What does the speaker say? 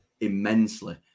immensely